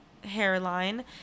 hairline